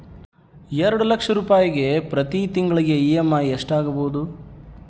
ಎರಡು ಲಕ್ಷ ರೂಪಾಯಿಗೆ ಪ್ರತಿ ತಿಂಗಳಿಗೆ ಇ.ಎಮ್.ಐ ಎಷ್ಟಾಗಬಹುದು?